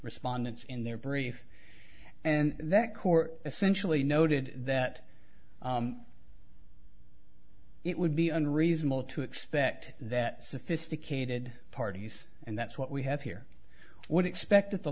respondents in their brief and that court essentially noted that it would be unreasonable to expect that sophisticated parties and that's what we have here would expect that the